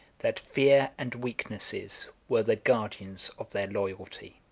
that fear and weaknesses were the guardians of their loyalty.